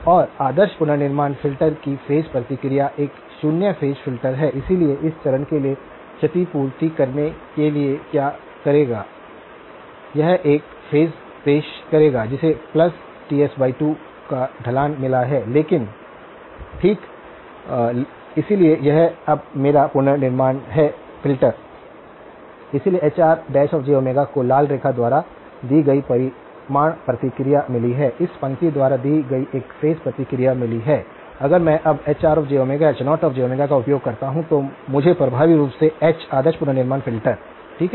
और आदर्श पुनर्निर्माण फ़िल्टर की फेज प्रतिक्रिया एक शून्य फेज फ़िल्टर है इसलिए यह चरण के लिए क्षतिपूर्ति करने के लिए क्या करेगा यह एक फेज पेश करेगा जिसे प्लस Ts 2 का ढलान मिला है ठीक इसलिए यह अब मेरा पुनर्निर्माण है फ़िल्टर इसलिए Hr को लाल रेखा द्वारा दी गई परिमाण प्रतिक्रिया मिली है इस पंक्ति द्वारा दी गई एक फेज प्रतिक्रिया मिली है अगर मैं अब HrjH0 का उपयोग करता हूं तो मुझे प्रभावी रूप से एच आदर्श पुनर्निर्माण फ़िल्टर ठीक है